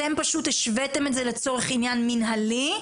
אתם פשוט השוויתם את זה לצורך עניין מינהלי,